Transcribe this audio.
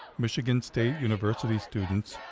michigan state university students,